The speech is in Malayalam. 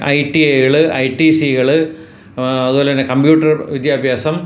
ഐ ടി ഐ കള് ഐ ടി സി കള് അതുപോലെ തന്നെ കംപ്യൂട്ടർ വിദ്യാഭ്യാസം